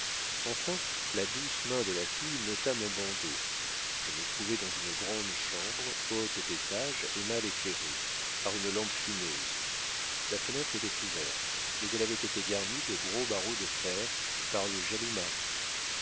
enfin la douce main de la fille m'ôta mon bandeau je me trouvai dans une grande chambre haute d'étage et mal éclairée par une lampe fumeuse la fenêtre était ouverte mais elle avait été garnie de gros barreaux de fer par le jaloux mari